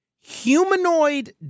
Humanoid